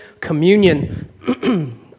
communion